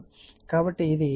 కాబట్టి j 2 విలువ 1